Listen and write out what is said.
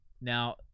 Now